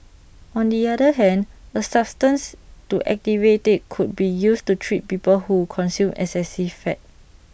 on the other hand A substance to activate IT could be used to treat people who consume excessive fat